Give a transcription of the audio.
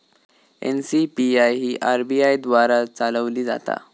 NCPI ही RBI द्वारा चालवली जाता